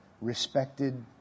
respected